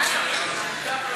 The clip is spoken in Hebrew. אז תגיד: וכו'-וכו'-וכו'.